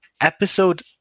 episode